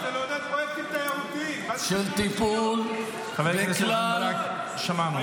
תעשי משהו בשביל העדה הדרוזית, אחר כך נשמע.